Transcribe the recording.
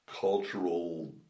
cultural